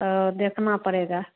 तो देखना पड़ेगा